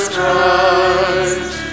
Christ